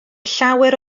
llawer